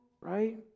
right